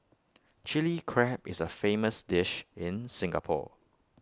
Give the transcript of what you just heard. Chilli Crab is A famous dish in Singapore